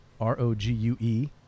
R-O-G-U-E